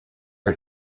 are